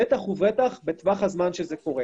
בטח ובטח בטווח הזמן שזה קורה.